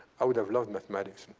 i would have loved mathematics.